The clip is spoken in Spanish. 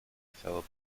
expresado